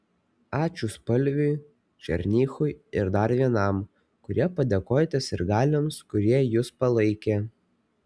ačiū spalviui černychui ir dar vienam kurie padėkojote sirgaliams kurie jus palaikė